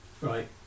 right